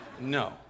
no